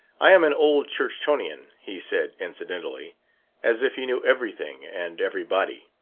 i am an old churchtonian he said incidentally as if he knew everything and everybody.